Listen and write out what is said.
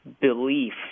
belief